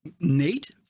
Nate